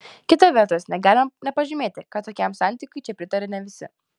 kita vertus negalima nepažymėti kad tokiam santykiui čia pritaria ne visi